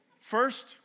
First